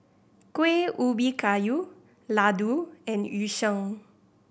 Kueh Ubi Kayu laddu and Yu Sheng